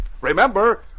Remember